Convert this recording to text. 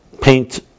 paint